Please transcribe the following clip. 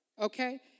Okay